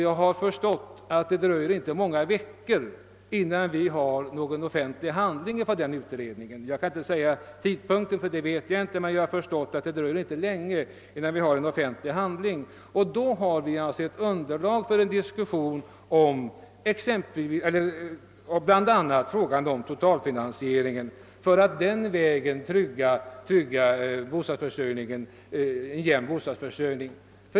Jag vet inte exakt när, men enligt vad jag förstår kommer det inte att dröja många veckor innan ett resultat av denna utredning framlägges offentligt. Vi kommer då att ha ett underlag för att bl.a. ta upp frågan om totalfinansieringen såsom en väg att trygga en jämn bostadsförsörjning.